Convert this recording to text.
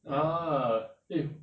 ya